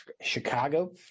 Chicago